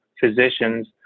physicians